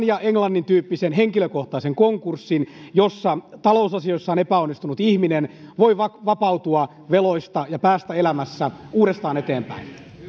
ja englannin tyyppisen henkilökohtaisen konkurssin jossa talousasioissaan epäonnistunut ihminen voi vapautua veloista ja päästä elämässä uudestaan eteenpäin